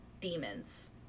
demons